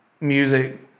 music